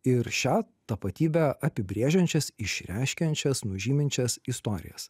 ir šią tapatybę apibrėžiančias išreiškiančias nužyminčias istorijas